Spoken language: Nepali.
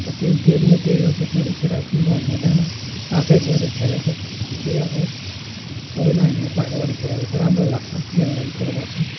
अन्त त्यही गेम नै त्यही हो त्यसमा रिसराग पनि गर्नु हुँदैन पाखै गएर खेलेको चाहिँ अब सबै नानीहरूले पाखा गएर खेलेको चाहिँ राम्रो लाग्छ गेमहरू कुरोमा चाहिँ